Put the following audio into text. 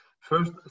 First